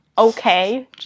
Okay